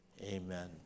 Amen